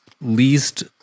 least